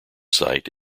site